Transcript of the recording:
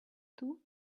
too